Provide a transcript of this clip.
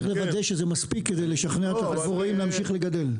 צריך לוודא שזה מספיק כדי לשכנע את הדבוראים להמשיך לגדל.